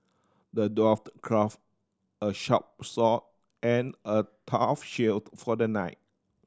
the dwarf crafted a sharp sword and a tough shield for the knight